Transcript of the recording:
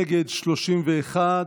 נגד, 31,